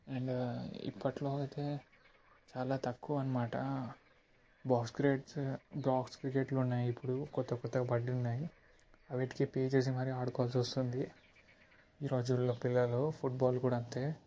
and ఇప్పటిలో అయితే చాలా తక్కువనమాట బాస్కోరేట్స్ బాక్స్ క్రికెట్లున్నాయి ఇప్పుడు కొత్త కొత్తవి పడున్నాయి వాటికి పే చేసి మరి అడుకోవలసి వస్తుంది ఈ రోజుల్లో పిల్లలు ఫుడ్ బాల్ కూడా అంతే